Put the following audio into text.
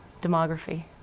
demography